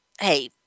hey